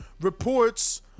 reports